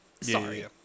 Sorry